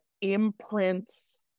imprints